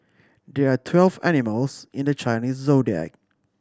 there are twelve animals in the Chinese Zodiac